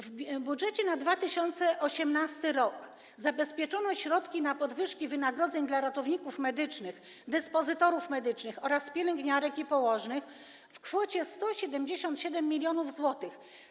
W budżecie na 2018 r. zabezpieczono środki na podwyżki wynagrodzeń dla ratowników medycznych, dyspozytorów medycznych oraz pielęgniarek i położnych w kwocie 177 mln zł.